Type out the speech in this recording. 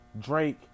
Drake